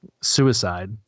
suicide